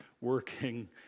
working